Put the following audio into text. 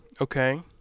okay